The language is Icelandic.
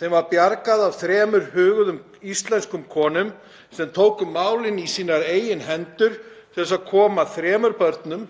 Þeim var bjargað af þremur huguðum íslenskum konum sem tóku málin í sínar eigin hendur til að koma þremur börnum